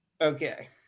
Okay